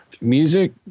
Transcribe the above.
Music